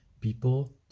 People